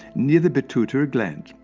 near the pituitary gland.